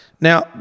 Now